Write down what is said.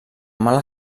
mala